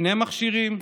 שני מכשירים,